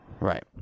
Right